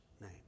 name